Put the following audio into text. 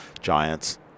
giants